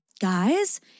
guys